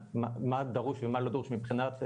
מה דרוש ומה לא דרוש מבחינת בריאותית,